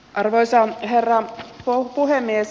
arvoisa herra puhemies